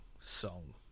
song